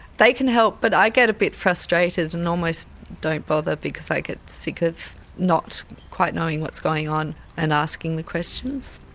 they can help but i get a bit frustrated and almost don't bother because i get sick of not quite knowing what's going on and asking the questions.